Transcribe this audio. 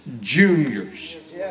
juniors